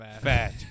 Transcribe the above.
fat